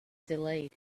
delayed